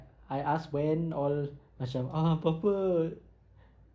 I asked when all macam ah apa apa